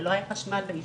או לא היה חשמל ביישוב,